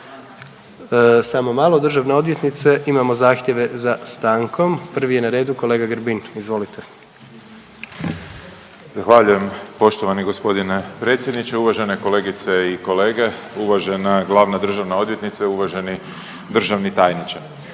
Samo malo državna odvjetnice imamo zahtjeve za stankom, prvi je na redu kolega Grbin. Izvolite. **Grbin, Peđa (SDP)** Zahvaljujem poštovani gospodine predsjedniče. Uvažene kolegice i kolege, uvažena glavna državna odvjetnice, uvaženi državni tajniče,